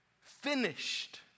finished